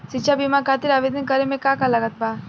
शिक्षा बीमा खातिर आवेदन करे म का का लागत बा?